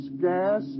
gas